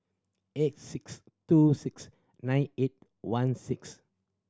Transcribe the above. eight six two six nine eight one six